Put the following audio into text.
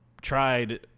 tried